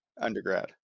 undergrad